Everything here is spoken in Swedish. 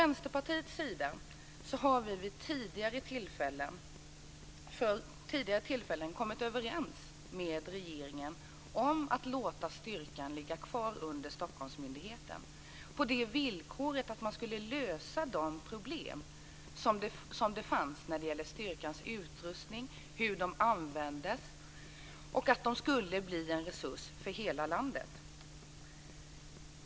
Vänsterpartiet har vid tidigare tillfällen kommit överens med regeringen om att låta styrkan ligga kvar under Stockholmsmyndigheten på det villkoret att de problem som fanns gällande styrkans utrustning, hur styrkan användes och att styrkan skulle bli en resurs för hela landet skulle lösas.